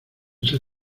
esa